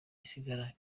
isigara